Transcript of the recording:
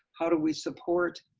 how do we support,